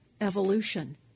evolution